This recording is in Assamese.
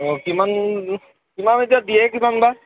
অঁ কিমান কিমান এতিয়া দিয়ে কিমান বা